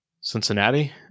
Cincinnati